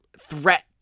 threat